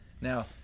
Now